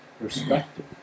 perspective